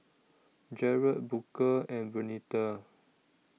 Jarett Booker and Vernita